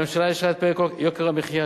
הממשלה אישרה את פרק יוקר המחיה,